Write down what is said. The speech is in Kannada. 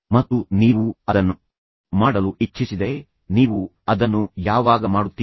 ಮತ್ತು ನೀವು ಅದನ್ನು ಮಾಡಲು ಇಚ್ಛಿಸಿದರೆ ನೀವು ಅದನ್ನು ಯಾವಾಗ ಮಾಡುತ್ತೀರಿ